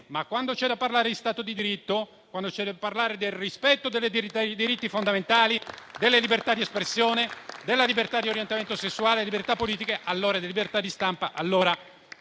ma quando c'è da parlare di Stato di diritto, del rispetto dei diritti fondamentali, della libertà di espressione, della libertà di orientamento sessuale, delle libertà politiche, della libertà di stampa,